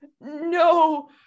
No